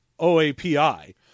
OAPI